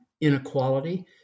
inequality